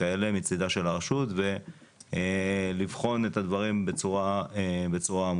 כאלה מצידה של הרשות ולבחון את הדברים בצורה עמוקה.